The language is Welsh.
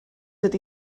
ydy